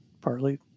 partly